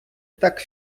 так